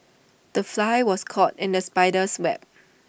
the fly was caught in the spider's web